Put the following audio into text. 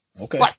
Okay